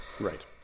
right